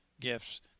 gifts